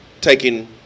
taking